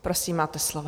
Prosím, máte slovo.